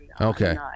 Okay